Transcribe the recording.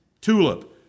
TULIP